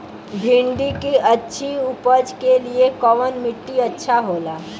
भिंडी की अच्छी उपज के लिए कवन मिट्टी अच्छा होला?